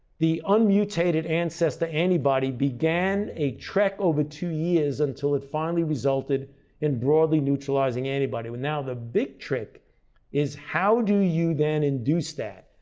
the unmutated ancestor antibody began a trek over two years until it finally resulted in broadly neutralizing antibody. and now, the big trick is how do you then induce that.